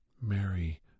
Mary